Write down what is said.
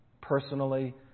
Personally